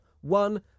One